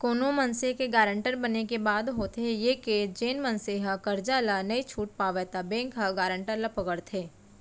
कोनो मनसे के गारंटर बने के बाद होथे ये के जेन मनसे ह करजा ल नइ छूट पावय त बेंक ह गारंटर ल पकड़थे